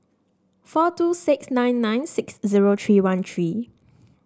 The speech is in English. four two six nine nine six zero three one three